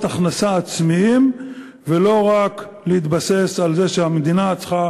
הכנסה עצמיים ולא רק להתבסס על זה שהמדינה צריכה